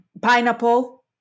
pineapple